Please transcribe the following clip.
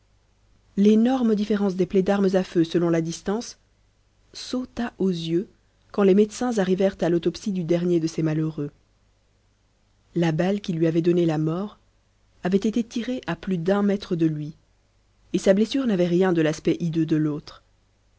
l'énorme différence des plaies d'armes à feu selon la distance sauta aux yeux quand les médecins arrivèrent à l'autopsie du dernier de ces malheureux la balle qui lui avait donné la mort avait été tirée à plus d'un mètre de lui et sa blessure n'avait rien de l'aspect hideux de l'autre